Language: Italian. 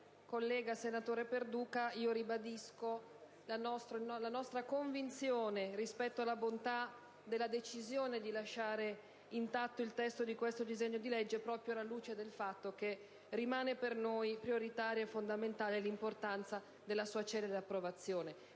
del senatore Perduca ribadisco la nostra convinzione della bontà della decisione di lasciare intatto il testo di questo disegno di legge, proprio alla luce del fatto che rimane per noi prioritaria e fondamentale l'importanza della sua celere approvazione.